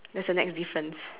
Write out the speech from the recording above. the the white cloth